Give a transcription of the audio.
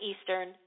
Eastern